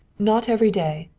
not every day,